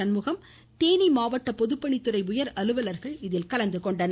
சண்முகம் தேனி மாவட்ட பொதுப்பணித்துறை உயர் அலுவலர்கள் இதில் பங்கேற்றனர்